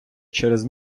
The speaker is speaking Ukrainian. через